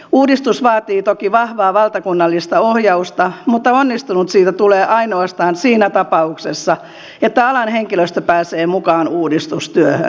uudistus vaatii toki vahvaa valtakunnallista ohjausta mutta onnistunut siitä tulee ainoastaan siinä tapauksessa että alan henkilöstö pääsee mukaan uudistustyöhön